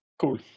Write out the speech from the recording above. cool